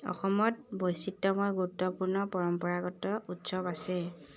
অসমত বৈচিত্যময় গুৰুত্বপূৰ্ণ পৰম্পৰাগত উৎসৱ আছে